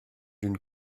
d’une